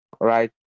Right